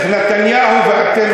נתניהו ואתם,